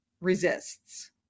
resists